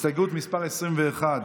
הסתייגות מס' 21,